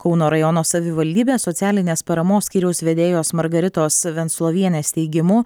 kauno rajono savivaldybės socialinės paramos skyriaus vedėjos margaritos venslovienės teigimu